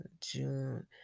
June